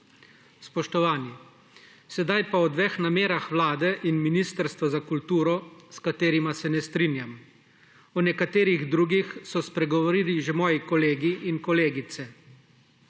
Spoštovani, sedaj pa o dveh namerah Vlade in Ministrstva za kulturo, s katerima se ne strinjam. O nekaterih drugih so spregovorili že moji kolegi in kolegice.